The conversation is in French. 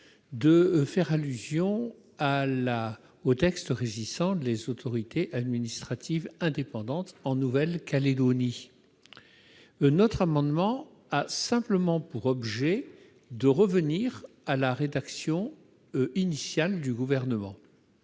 de faire allusion au texte régissant les autorités administratives indépendantes en Nouvelle-Calédonie. Notre amendement a simplement pour objet de revenir à la rédaction initiale du Gouvernement,